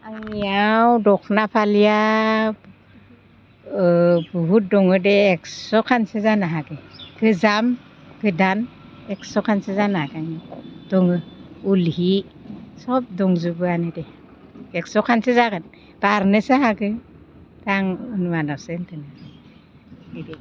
आंनियाव दखना फालिया बुहुद दङ दे एकस'खानसो जानो हागौ गोजाम गोदान एकस'खानसो जानो हागौ दङ उल हि सब दंजुबोआनो दे एकस'खानसो जागोन बारनोसो हागौ आं अनुमानावसो बुंदों बिदि